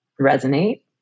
resonate